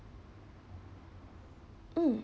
mm